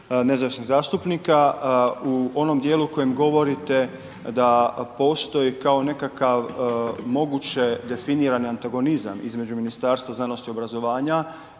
Nezavisnih zastupnika u onom dijelu koji govorite da postoji kao nekakav moguće definirani antagonizam između Ministarstva znanosti i obrazovanja